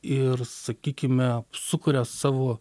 ir sakykime sukuria savo